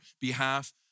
behalf